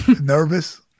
Nervous